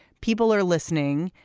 people are listening.